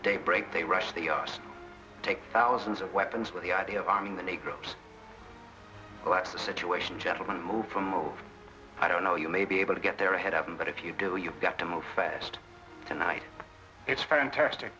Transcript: daybreak they rush the us take thousands of weapons with the idea of arming the negroes but the situation gentlemen move from oh i don't know you may be able to get there ahead of them but if you do you've got to move fast tonight it's fantastic